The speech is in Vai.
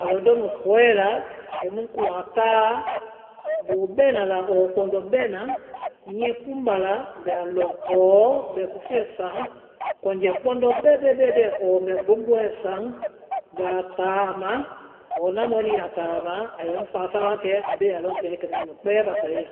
a lɔndɔ́ mu kɔɛ la kɛmu ŋ kuŋ a táa bóó bɛna la ɔɔ kpɔndɔ bɛna nyiɛ kuŋmbá la mbɛ a lɔŋ ɔɔ bɛ fúfuɛ saŋ kɔnyɛ kpɔndɔ bɛɛ, bɛɛ, bɛ́ɛ ɔɔ mbɛ gboŋgboŋɛ saŋ mbɛ a táa a ma, ɔɔ na mɔɛ nu ya a ma a yɛ ŋ fáa sa wa kɛ a bea lɔŋ feŋɛ kɛmɛ nu kpɛ́ɛ basae ya.